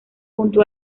junto